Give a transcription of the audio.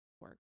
work